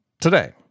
today